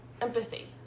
empathy